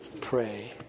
pray